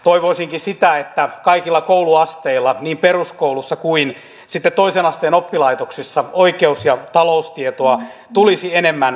toivoisinkin että kaikilla kouluasteilla niin peruskoulussa kuin sitten toisen asteen oppilaitoksissa oikeus ja taloustietoa tulisi enemmän mukaan